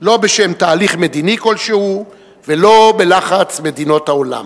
לא בשם תהליך מדיני כלשהו, ולא בלחץ מדינות העולם.